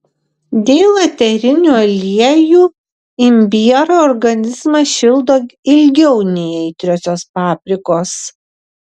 dėl eterinių aliejų imbierai organizmą šildo ilgiau nei aitriosios paprikos